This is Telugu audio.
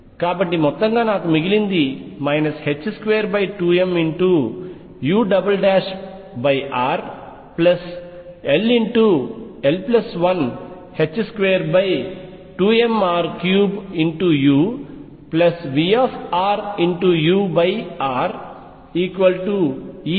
కాబట్టి మొత్తంగా నాకు మిగిలింది 22m urll122mr3uVrurEur